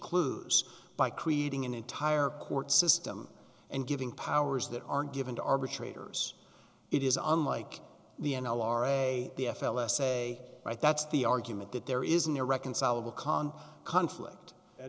clues by creating an entire court system and giving powers that aren't given to arbitrators it is unlike the n l r a d f l s a right that's the argument that there is an irreconcilable con conflict that